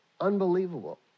Unbelievable